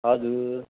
हजुर